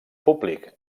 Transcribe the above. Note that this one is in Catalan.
públic